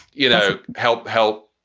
you know, help help,